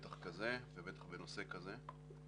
בטח כזה ובטח בנושא כזה,